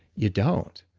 you don't,